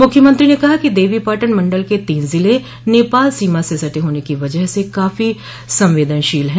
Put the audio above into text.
मुख्यमंत्री ने कहा कि देवोपाटन मंडल के तीन ज़िले नेपाल सीमा से सटे होने की वजह से काफो संवेदनशील है